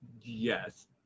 yes